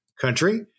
country